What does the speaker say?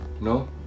No